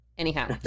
Anyhow